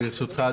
שלום רב,